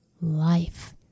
life